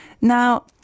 Now